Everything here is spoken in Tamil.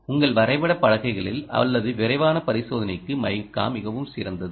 உங்கள் வரைபட பலகைகளில் அல்லது விரைவான பரிசோதனைக்கு மைக்கா மிகவும் சிறந்தது